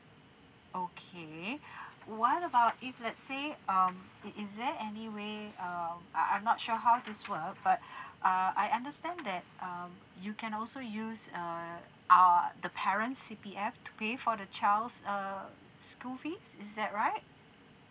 okay what about if let's say um is is there any way um I I'm not sure how this work but uh I understand that um you can also use err our the parents' C_P_F to pay for the child's uh school fees is that right